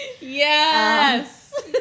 Yes